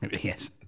Yes